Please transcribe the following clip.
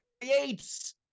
creates